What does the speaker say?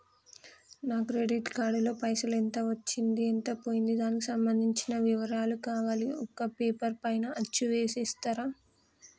నా credit card లో పైసలు ఎంత వచ్చింది ఎంత పోయింది దానికి సంబంధించిన వివరాలు కావాలి ఒక పేపర్ పైన అచ్చు చేసి ఇస్తరా?